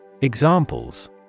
Examples